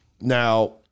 Now